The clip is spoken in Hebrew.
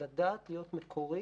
לדעת להיות מקורי